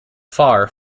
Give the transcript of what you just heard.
far